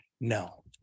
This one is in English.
No